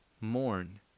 Mourn